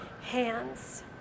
hands